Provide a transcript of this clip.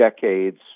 decades